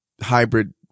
hybrid